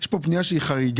יש פה פנייה חריגה.